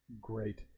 great